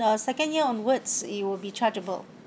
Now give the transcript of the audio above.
uh second year onwards it will be chargeable